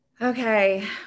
Okay